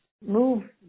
move